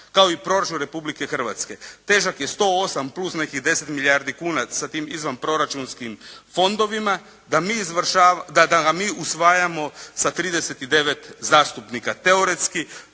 kao i proračun Republike Hrvatske težak je 108 plus nekih 10 milijardi kuna sa tim izvanproračunskim fondovima da mi izvršavamo, da ga mi usvajamo sa 39 zastupnika. Teoretski